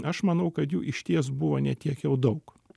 aš manau kad jų išties buvo ne tiek jau daug